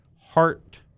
heart